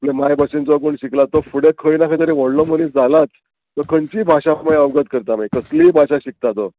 आपल्या मायभेन जो कोण शिकला तो फुडें खंय ना खंय तरी व्हडलो मनीस जालात तो खंयचीय भाशा मागीर अवगत करता मागीर कसलीय भाशा शिकता तो